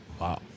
Wow